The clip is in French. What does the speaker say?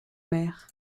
mer